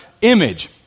Image